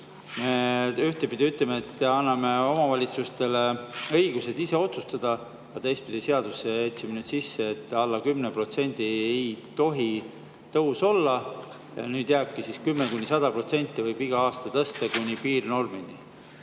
ühtpidi anname omavalitsustele õiguse ise otsustada, aga teistpidi seadusse jätsime sisse, et alla 10% ei tohi tõus olla? Nüüd jääbki siis, et 10–100% võib iga aasta tõsta kuni piirnormini?